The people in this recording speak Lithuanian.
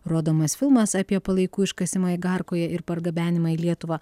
rodomas filmas apie palaikų iškasimą igarkoje ir pargabenimą į lietuvą